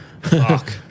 Fuck